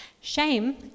Shame